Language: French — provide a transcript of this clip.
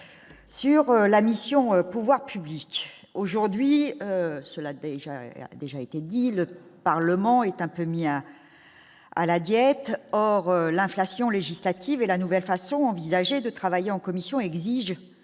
sur la mission, pouvoirs publics, aujourd'hui seul avait déjà été dit le Parlement est un peu mis à à la diète, or l'inflation législative et la nouvelle façon envisager de travailler en commission exigée